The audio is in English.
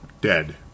dead